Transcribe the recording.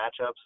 matchups